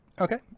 okay